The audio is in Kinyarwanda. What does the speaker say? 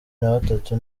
nabatatu